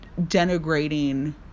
denigrating